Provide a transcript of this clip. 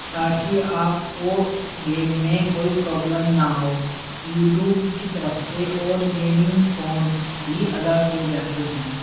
تاکہ آپ کو گیم میں کوئی پرابلم نہ ہو یوٹوب کی طرف سے اور گیمنگ فونٹس بھی ادا کیے جاتے ہیں